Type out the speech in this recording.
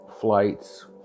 flights